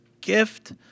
gift